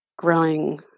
growing